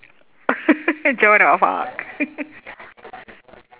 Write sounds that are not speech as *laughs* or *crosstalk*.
*laughs* joan of arc